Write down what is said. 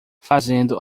fazendo